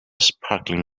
sparkling